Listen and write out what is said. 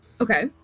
Okay